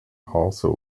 also